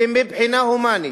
ומבחינה הומנית